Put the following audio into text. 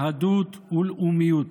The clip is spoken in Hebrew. יהדות ולאומיות.